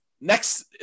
next